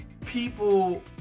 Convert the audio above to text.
people